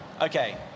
Okay